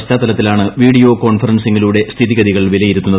പശ്ചാത്തലത്തിലാണ് വിഡീയോ കോൺഫറൻസിങ്ങിലൂടെ സ്ഥിതിഗതികൾ വിലയിരുത്തുന്നത്